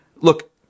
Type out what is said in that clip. look